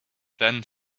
then